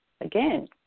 again